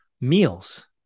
meals